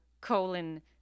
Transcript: colon